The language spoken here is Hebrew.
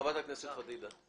חברת הכנסת פדידה, בבקשה.